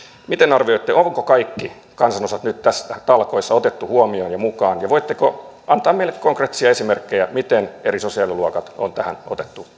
miten arvioitte onko kaikki kansanosat nyt näissä talkoissa otettu huomioon ja mukaan ja voitteko antaa meille konkreettisia esimerkkejä miten eri sosiaaliluokat on tähän otettu